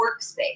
workspace